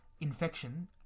infection